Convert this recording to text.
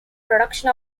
production